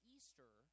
Easter